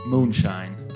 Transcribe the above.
Moonshine